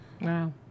Wow